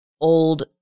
old